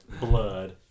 blood